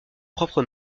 propre